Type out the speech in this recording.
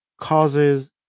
causes